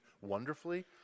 wonderfully